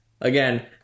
again